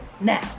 now